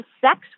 sex